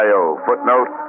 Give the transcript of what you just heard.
Footnote